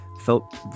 felt